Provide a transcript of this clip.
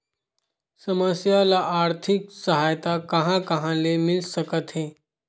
समस्या ल आर्थिक सहायता कहां कहा ले मिल सकथे?